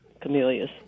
camellias